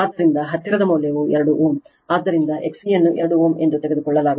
ಆದ್ದರಿಂದ ಹತ್ತಿರದ ಮೌಲ್ಯವು 2 Ω ಆದ್ದರಿಂದ XC ಯನ್ನು 2Ω ಎಂದು ತೆಗೆದುಕೊಳ್ಳಲಾಗುತ್ತದೆ